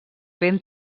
ben